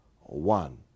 one